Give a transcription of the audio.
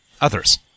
others